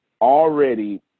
already